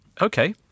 Okay